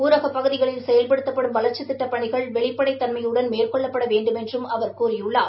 ஊரகப் பகுதிகளில் செயல்படுத்தப்படும் வளர்ச்சித் திட்டப் பனிகள் வெளிப்படைத் தன்மையுடன் மேற்கொள்ளப்பட வேண்டுமென்றும் அவர் கூறியுள்ளார்